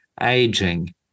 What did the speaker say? aging